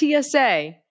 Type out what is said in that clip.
TSA